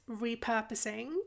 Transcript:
repurposing